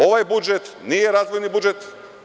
Ovaj budžet nije razvojni budžet.